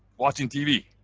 watching tv,